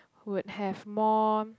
would have more